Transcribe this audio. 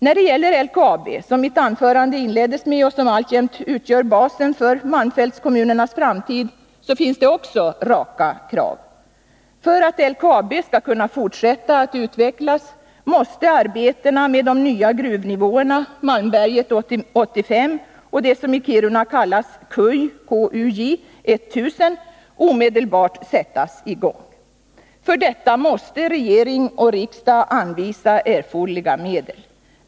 När det gäller LKAB, som mitt anförande inleddes med och som alltjämt utgör basen för malmfältkommunernas framtid, så finns det också raka krav. För att LKAB skall kunna fortsätta att utvecklas måste arbetena med de nya gruvnivåerna Malmberget 85 och det som i Kiruna kallas Kuj-1000 omedelbart sättas i gång. För detta måste regering och riksdag anvisa erforderliga medel.